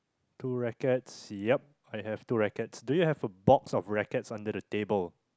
two rackets yup I have two rackets do you have a box of rackets under the table